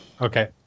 Okay